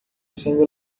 sendo